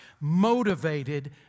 motivated